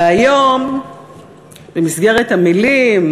הרי היום במסגרת המילים,